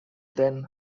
then